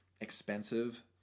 expensive